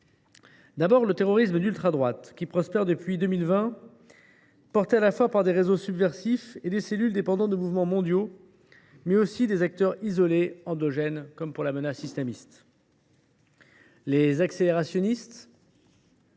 d’abord le terrorisme d’ultradroite, qui prospère depuis 2020. Il est porté par des réseaux subversifs et par des cellules dépendant de mouvements mondiaux, mais aussi par des acteurs isolés, endogènes, comme c’est le cas de la menace islamiste. Les accélérationnistes,